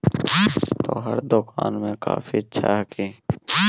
तोहर दोकान मे कॉफी छह कि?